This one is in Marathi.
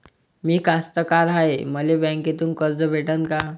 मी कास्तकार हाय, मले बँकेतून कर्ज भेटन का?